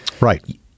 Right